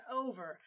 over